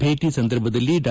ಭೇಟಿ ಸಂದರ್ಭದಲ್ಲಿ ಡಾ